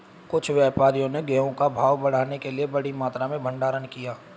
कुछ व्यापारियों ने गेहूं का भाव बढ़ाने के लिए बड़ी मात्रा में भंडारण किया